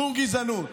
שום גזענות,